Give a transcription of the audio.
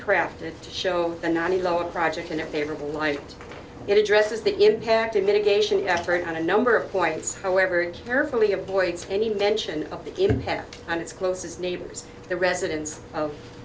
crafted to show the nanny lower project in their favorable light it addresses the impact of mitigation effort on a number of points however carefully avoids any mention of the impact on its closest neighbors to the residents of